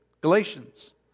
Galatians